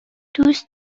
دوست